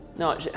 No